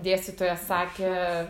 dėstytoja sakė